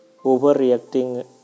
overreacting